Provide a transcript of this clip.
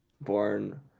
born